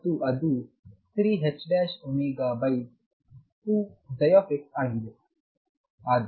ಮತ್ತು ಅದು 33ℏω2ಆಗಿದೆ